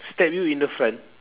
stab you in the front